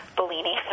Bellini